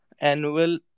annual